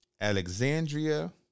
Alexandria